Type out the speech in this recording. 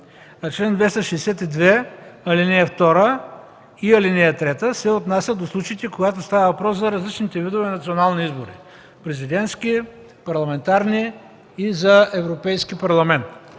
а чл. 262, ал. 2 и ал. 3 се отнасят до случаите, когато става въпрос за различните видове национални избори – президентски, парламентарни и за Европейски парламент.